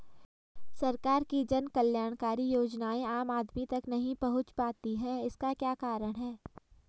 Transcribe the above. सरकार की जन कल्याणकारी योजनाएँ आम आदमी तक नहीं पहुंच पाती हैं इसका क्या कारण है?